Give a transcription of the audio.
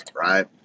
right